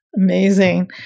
Amazing